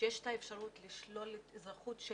שיש את האפשרות לשלול אזרחות של